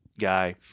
guy